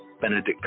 Benedict